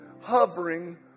hovering